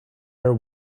are